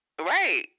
Right